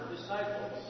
disciples